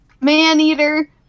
Man-eater